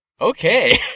Okay